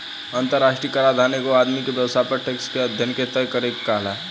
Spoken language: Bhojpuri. अंतरराष्ट्रीय कराधान एगो आदमी के व्यवसाय पर टैक्स के अध्यन या तय करे के कहाला